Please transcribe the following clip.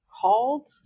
called